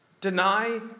Deny